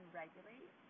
regulate